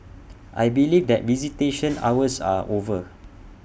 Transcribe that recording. I believe that visitation hours are over